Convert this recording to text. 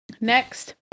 Next